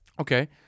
Okay